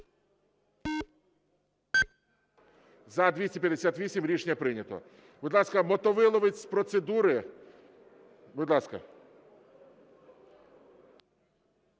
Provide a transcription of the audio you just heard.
За-258 Рішення прийнято. Будь ласка, Мотовиловець з процедури. Будь ласка.